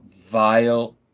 vile